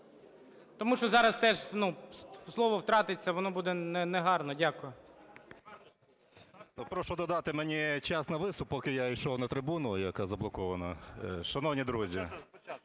Тому що зараз теж слово втратиться, воно буде не гарно. Дякую. 14:58:46 БАТЕНКО Т.І. Прошу додати мені час на виступ, поки я йшов на трибуну, яка заблокована. Шановні друзі!